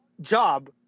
job